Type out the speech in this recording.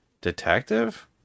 detective